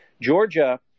georgia